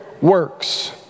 works